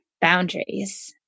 boundaries